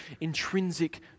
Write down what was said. intrinsic